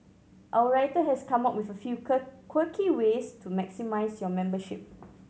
our writer has come up with a few quirky ways to maximise your membership